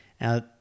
Now